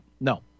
No